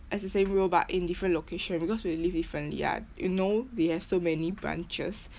as the same role but in different location because we live differently [what] you know we have so many branches